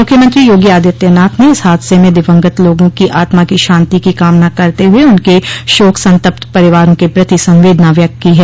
मुख्यमंत्री योगी आदित्यनाथ ने इस हादसे में दिवंगत लोगों की आत्मा की शांति की कामना करते हुए उनके शाक संतप्त परिवारों के प्रति संवेदना व्यक्त की है